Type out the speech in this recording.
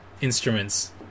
instruments